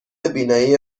بینایی